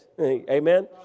amen